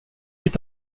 est